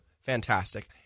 Fantastic